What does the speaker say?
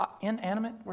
inanimate